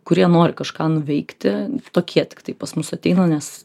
kurie nori kažką nuveikti tokie tiktai pas mus ateina nes